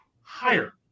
Higher